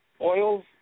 Oils